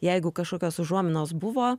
jeigu kažkokios užuominos buvo